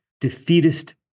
defeatist